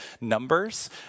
Numbers